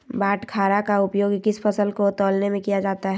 बाटखरा का उपयोग किस फसल को तौलने में किया जाता है?